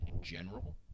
general